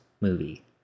movie